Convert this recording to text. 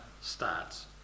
starts